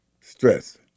stress